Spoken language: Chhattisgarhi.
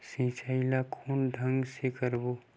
सिंचाई ल कोन ढंग से करबो?